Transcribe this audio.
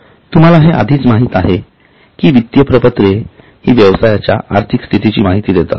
तुम्हाला हे आधीच माहित आहे कि वित्तीय प्रपत्रे हि व्यवसायाच्या आर्थिक स्थितीची माहिती देतात